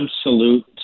absolute